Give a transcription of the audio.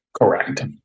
Correct